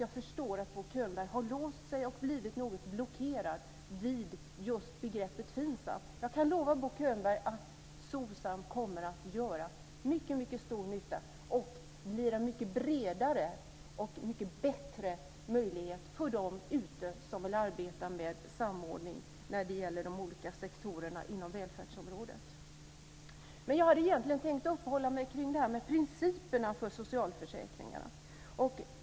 Jag förstår att Bo Könberg har låst sig och blivit något blockerad vid just begreppet Finsam. Jag kan lova Bo Könberg att Socsam kommer att göra mycket stor nytta och bli en mycket bredare och bättre möjlighet för dem som är ute i verksamheten och vill arbeta med samordning inom de olika sektorerna i välfärdsområdet. Jag hade egentligen tänkt att uppehålla mig kring principerna för socialförsäkringen.